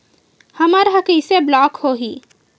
हमर ह कइसे ब्लॉक होही?